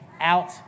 out